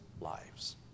lives